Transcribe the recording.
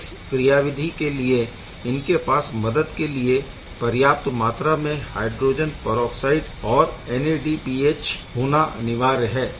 लेकिनइस क्रियाविधि के लिए इनके पास मदद के लिए पर्याप्त मात्रा में हायड्रोजन परऑक्साइड और NADPH होना अनिवार्य है